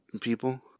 people